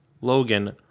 Logan